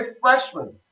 freshman